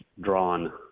drawn